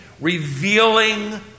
revealing